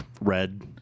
red